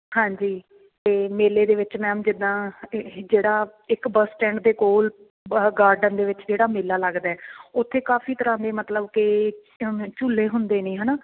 ਹਾਂਜੀ ਅਤੇ ਮੇਲੇ ਦੇ ਵਿੱਚ ਮੈਮ ਜਿੱਦਾਂ ਜਿ ਜਿਹੜਾ ਇੱਕ ਬੱਸ ਸਟੈਂਡ ਦੇ ਕੋਲ ਗਾਰਡਨ ਦੇ ਵਿੱਚ ਜਿਹੜਾ ਮੇਲਾ ਲੱਗਦਾ ਉੱਥੇ ਕਾਫੀ ਤਰ੍ਹਾਂ ਦੇ ਮਤਲਬ ਕਿ ਝੂਲੇ ਹੁੰਦੇ ਨੇ ਹੈ ਨਾ